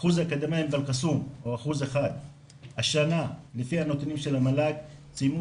אחוז האקדמאים באל קסום הוא 1%. השנה לפי הנתונים של המל"ג סיימו